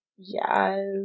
Yes